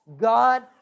God